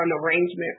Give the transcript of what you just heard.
arrangement